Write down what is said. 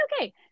okay